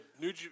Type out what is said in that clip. new